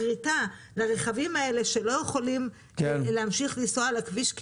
גריטה לרכבים האלה שלא יכולים להמשיך לנסוע על הכביש,